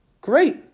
great